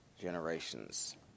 generations